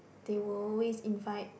they will always invite